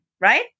right